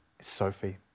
Sophie